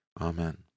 Amen